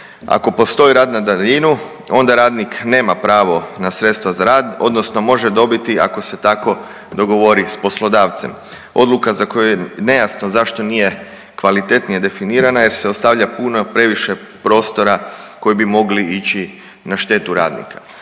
Ako postoji rad na daljinu onda radnik nema pravo na sredstva za rad odnosno može dobiti ako se tako dogovori s poslodavcem. Odluka za koju je nejasno zašto nije kvalitetnije definirana jer se ostavlja puno previše prostora koji bi mogli ići na štetu radnika.